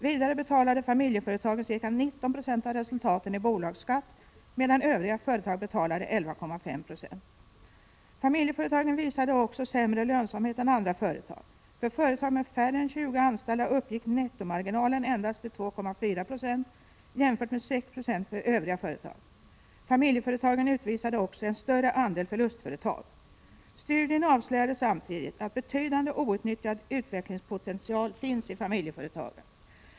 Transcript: Vidare betalade familjeföretagen ca 19 26 av resultaten i bolagsskatt, medan övriga företag betalade 11,5 9o. Familjeföretagen visade vidare sämre lönsamhet än andra företag. För företag med färre än 20 anställda uppgick nettomarginalen endast till 2,4 2 jämfört med 6 90 för övriga företag. Familjeföretagen utvisade också en större andel förlustföretag. Studien avslöjade samtidigt en betydande outnyttjad utvecklingspotential i familjeföretagen.